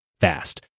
fast